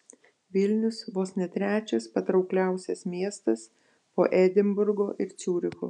vilnius vos ne trečias patraukliausias miestas po edinburgo ir ciuricho